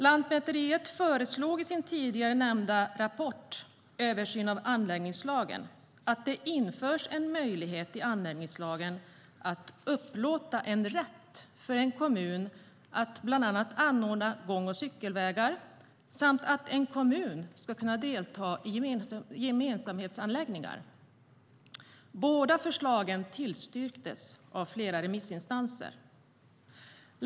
Lantmäteriet föreslog i sin tidigare nämnda rapport Översyn av anläggningslagen att det införs en möjlighet i anläggningslagen att upplåta en rätt för en kommun att bland annat anordna gång och cykelvägar samt att en kommun ska kunna delta i gemensamhetsanläggningar. Båda förslagen tillstyrktes av flera remissinstanser.